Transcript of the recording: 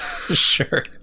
sure